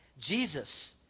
Jesus